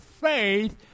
faith